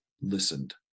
listened